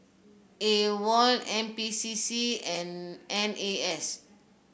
AWOL N P C C and N A S